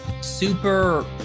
super